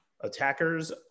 attackers